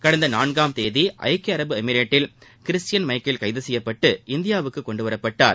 கடந்த நாள்காம் தேதி ஐக்கிய அரபு எமிரேட்டில் கிறிஸ்டியன் எமக்கேல் கைதசெய்யப்பட்டு இந்தியாவுக்கு கொண்டுவரப்பட்டார்